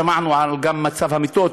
שמענו גם על מצב המיטות,